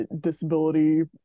disability